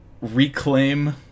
reclaim